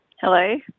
Hello